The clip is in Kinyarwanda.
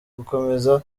gukomeza